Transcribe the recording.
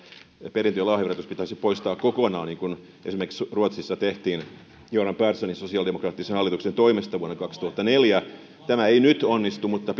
perintö ja lahjaverotus pitäisi poistaa kokonaan niin kuin esimerkiksi ruotsissa tehtiin göran perssonin sosiaalidemokraattisen hallituksen toimesta vuonna kaksituhattaneljä tämä ei nyt onnistu mutta